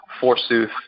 forsooth